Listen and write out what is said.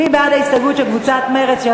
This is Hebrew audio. מי בעד ההסתייגויות של קבוצת חד"ש,